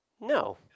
No